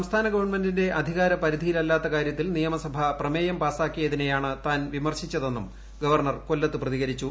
സംസ്ഥാന ഗവൺമെന്റിന്റെ അധികാര പരിധിയിലല്ലാത്ത കാര്യത്തിൽ നിയമസഭ പ്രമേയം പാസാക്കിയതിനെയാണ് താൻ വിമർശിച്ചതെന്നും ഗവർണർ കൊല്ലത്ത് പ്രതികരിച്ചു